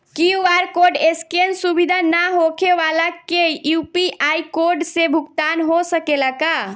QR code scan सुविधा ना होखे वाला के यू.पी.आई कोड से भुगतान हो सकेला का?